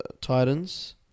titans